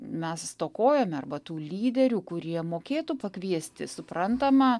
mes stokojome arba tų lyderių kurie mokėtų pakviesti suprantama